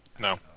No